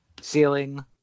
Ceiling